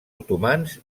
otomans